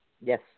Yes